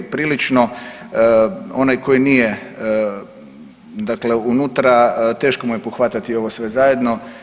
Prilično onaj koji nije, dakle unutra teško mu je pohvatati ovo sve zajedno.